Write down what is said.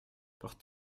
porte